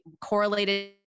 correlated